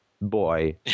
boy